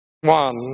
one